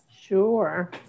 Sure